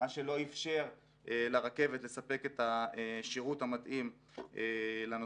מה שלא איפשר לרכבת לספק את השירות המתאים לנוסעים.